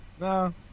No